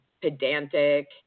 pedantic